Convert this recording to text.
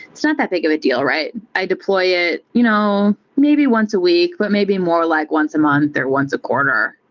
it's not that big of a deal, right? i deploy it you know maybe once a week, but maybe more like once a month or once a quarter.